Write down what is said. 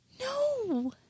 no